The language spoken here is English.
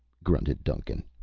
grunted duncan.